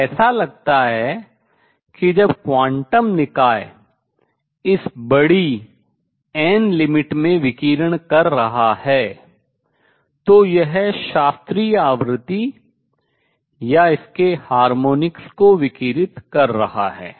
तो ऐसा लगता है कि जब क्वांटम निकाय इस बड़ी n limit सीमा में विकिरण कर रहा है तो यह शास्त्रीय आवृत्ति या इसके हार्मोनिक्स को विकिरित कर रहा है